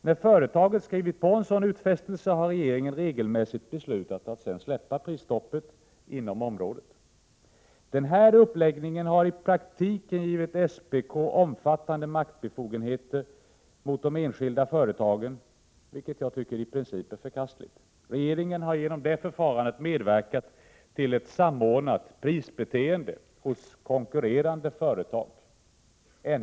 När företaget skrivit på en sådan utfästelse, har regeringen regelmässigt beslutat att sedan släppa prisstoppet inom dess område. Den här uppläggningen har i praktiken gett SPK omfattande maktbefogenheter gentemot enskilda företag, vilket jag i princip tycker är förkastligt. Regeringen har genom detta förfarande medverkat till ett samordnat prisbeteende hos konkurrerande företag.